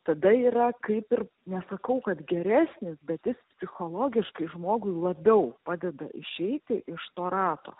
tada yra kaip ir nesakau kad geresnis bet jis psichologiškai žmogui labiau padeda išeiti iš to rato